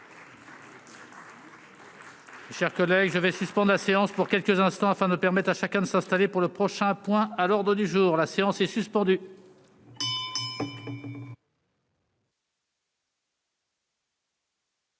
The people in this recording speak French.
Chers collègues, je vais suspend la séance pour quelques instants afin de permettre à chacun de s'installer pour le prochain point à l'ordre du jour, la séance est suspendue.